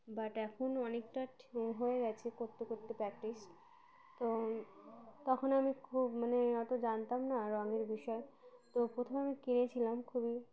but এখন অনেকটা হয়ে গেছে করতে করতে প্র্যাকটিস তো তখন আমি খুব মানে অত জানতাম না রঙের বিষয় তো প্রথমে আমি কিনেছিলাম খুবই